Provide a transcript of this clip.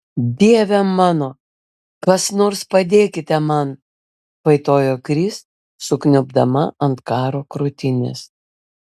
dieve mano kas nors padėkite man vaitojo kris sukniubdama ant karo krūtinės